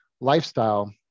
lifestyle